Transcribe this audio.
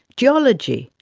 geology,